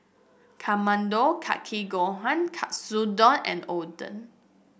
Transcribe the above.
kake gohan Katsudon and Oden